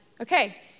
okay